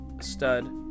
stud